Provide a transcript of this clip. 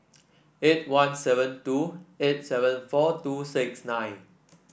eight one seven two eight seven four two six nine